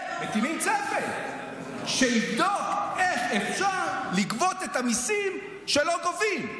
מקימים צוות שיבדוק איך אפשר לגבות את המיסים שלא גובים.